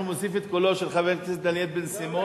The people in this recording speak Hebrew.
אנחנו נוסיף את קולו של חבר הכנסת דניאל בן-סימון,